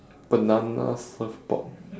banana surfboard